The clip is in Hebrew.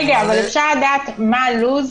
איפה היועצות המשפטיות?